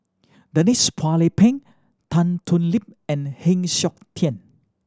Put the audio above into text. Denise Phua Lay Peng Tan Thoon Lip and Heng Siok Tian